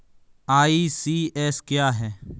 ECS क्या है?